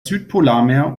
südpolarmeer